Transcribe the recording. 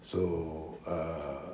so err